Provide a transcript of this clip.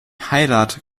heirat